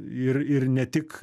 ir ir ne tik